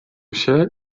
się